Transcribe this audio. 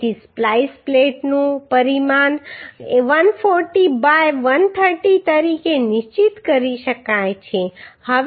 તેથી સ્પ્લાઈસ પ્લેટનું પરિમાણ 140 બાય 130 તરીકે નિશ્ચિત કરી શકાય છે